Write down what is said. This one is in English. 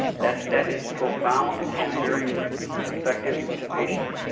that that is profound, and very effective to patients.